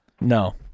No